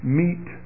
meet